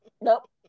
Nope